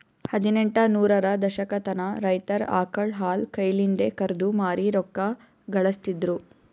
ಹದಿನೆಂಟ ನೂರರ ದಶಕತನ ರೈತರ್ ಆಕಳ್ ಹಾಲ್ ಕೈಲಿಂದೆ ಕರ್ದು ಮಾರಿ ರೊಕ್ಕಾ ಘಳಸ್ತಿದ್ರು